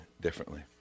differently